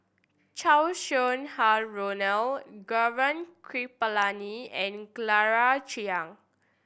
Chow Sau Hai Roland Gaurav Kripalani and Claire Chiang